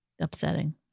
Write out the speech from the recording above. upsetting